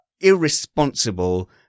irresponsible